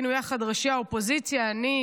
היינו יחד ראשי האופוזיציה: אני,